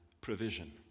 provision